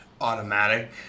automatic